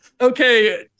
Okay